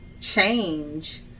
change